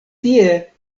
tie